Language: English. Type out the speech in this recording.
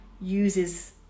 uses